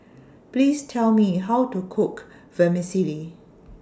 Please Tell Me How to Cook Vermicelli